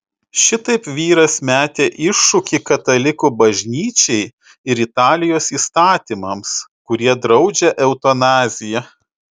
šitaip vyras metė iššūkį katalikų bažnyčiai ir italijos įstatymams kurie draudžia eutanaziją